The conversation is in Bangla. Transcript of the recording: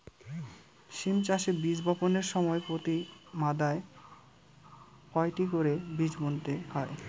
সিম চাষে বীজ বপনের সময় প্রতি মাদায় কয়টি করে বীজ বুনতে হয়?